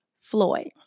Floyd